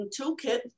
Toolkit